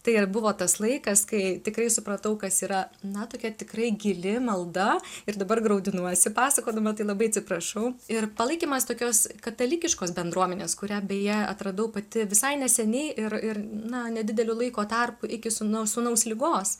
tai ir buvo tas laikas kai tikrai supratau kas yra na tokia tikrai gili malda ir dabar graudinuosi pasakodama tai labai atsiprašau ir palaikymas tokios katalikiškos bendruomenės kurią beje atradau pati visai neseniai ir ir na nedideliu laiko tarpu iki sūnaus sūnaus ligos